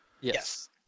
Yes